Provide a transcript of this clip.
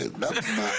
למה?